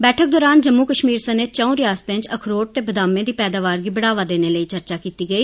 बैठक दरान जम्मू कश्मीर सने चऊं रिआसतै च अखरोट ते बदामें दी पैदावार गी बढ़ावा देने लेई चर्चा कीती गेई